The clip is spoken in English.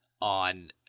on